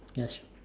yes